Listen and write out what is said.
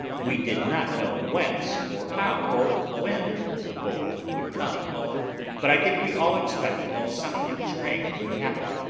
we did not know whence, or how, or when, the bolt would come but i think we all expected that something strange would happen.